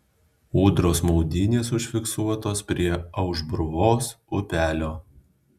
ūdros maudynės užfiksuotos prie aušbruvos upelio